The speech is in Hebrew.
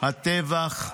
הטבח,